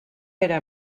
era